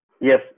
yes